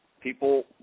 people